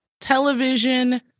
television